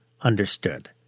understood